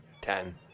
Ten